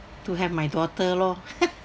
to have my daughter lor